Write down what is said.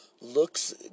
looks